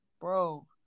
Bro